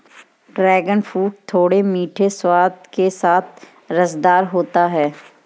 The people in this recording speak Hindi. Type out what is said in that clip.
ड्रैगन फ्रूट थोड़े मीठे स्वाद के साथ रसदार होता है